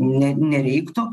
ne nereiktų